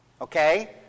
okay